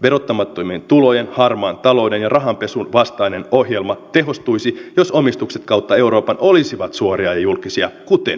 verottamattomien tulojen harmaan talouden ja rahanpesun vastainen ohjelma tehostuisi jos omistukset kautta euroopan olisivat suoria ja julkisia kuten suomessa